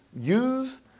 use